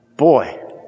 boy